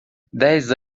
dez